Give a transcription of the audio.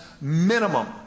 minimum